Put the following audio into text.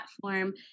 platform